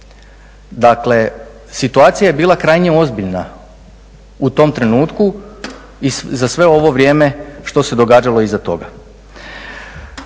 Dakle, situacija je bila krajnje ozbiljna u tom trenutku i za sve ovo vrijeme što se događalo iza toga.